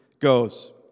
goes